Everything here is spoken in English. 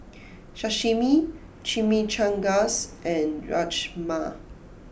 Sashimi Chimichangas and Rajma